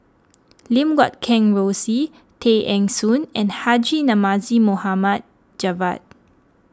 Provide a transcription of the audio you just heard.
Lim Guat Kheng Rosie Tay Eng Soon and Haji Namazie Mohamed Javad